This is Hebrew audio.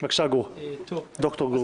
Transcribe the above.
בבקשה, ד"ר גור בליי.